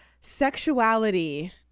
sexuality